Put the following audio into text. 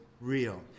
real